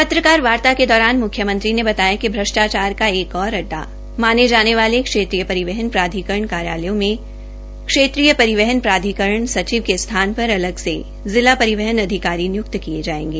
पत्रकारवार्ता के दौरान मुख्यमंत्री ने बताया कि भ्रष्टाचार का एक और अड्डा माने जाने वाली क्षेत्रीय परिवहन प्राधिकरण कार्यालयों में क्षेत्रीय परिवहन प्राधिकरण सचिव के स्थान पर अलग से जिला परिवहन अधिकारी नियुक्त किए जायेंगे